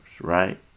right